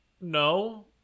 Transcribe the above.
no